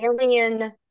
alien